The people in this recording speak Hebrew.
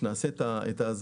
כאשר נעשה את ההסברה,